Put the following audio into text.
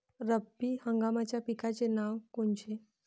रब्बी हंगामाच्या पिकाचे नावं कोनचे?